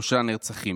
שלושה נרצחים,